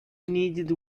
needed